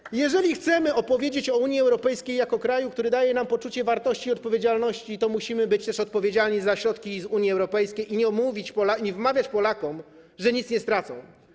Oklaski Jeżeli chcemy opowiedzieć o Unii Europejskiej jako związku krajów, który daje nam poczucie wartości i odpowiedzialności, to musimy być też odpowiedzialni za środki z Unii Europejskiej i nie wmawiać Polakom, że nic nie stracą.